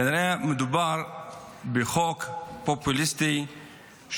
כנראה מדובר בחוק פופוליסטי,